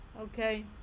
Okay